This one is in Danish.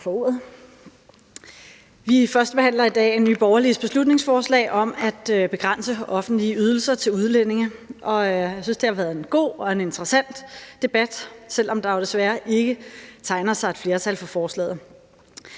Vi førstebehandler i dag Nye Borgerliges beslutningsforslag om at begrænse offentlige ydelser til udlændinge, og jeg synes, det har været en god og en interessant debat, selv om der jo desværre ikke tegner sig et flertal for forslaget.